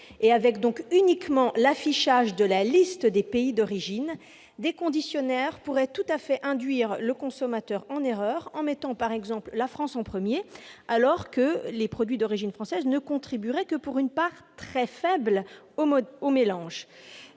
et donc avec uniquement l'affichage de la liste des pays d'origine, des conditionneurs pourraient tout à fait induire le consommateur en erreur en mettant par exemple la France en premier, alors que les produits d'origine française ne contribueraient que pour une part très faible au mélange.